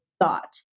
thought